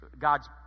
God's